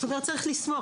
אתה אומר, לסמוך.